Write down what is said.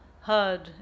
heard